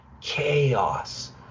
Chaos